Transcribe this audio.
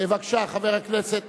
בבקשה, חבר הכנסת.